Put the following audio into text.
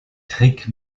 trick